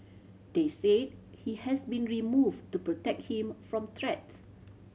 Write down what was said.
they said he has been removed to protect him from threats